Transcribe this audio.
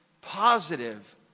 positive